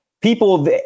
People